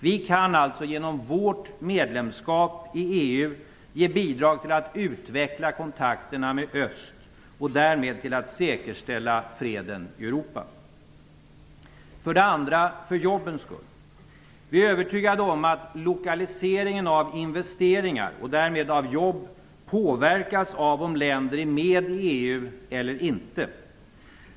Vi kan alltså genom vårt medlemskap i EU ge bidrag till att utveckla kontakterna med öst och därmed till att säkerställa freden i Europa. För det andra: för jobbens skull. Vi är övertygade om att lokaliseringen av investeringar och därmed av jobb påverkas av om länder är med i EU eller inte.